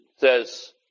says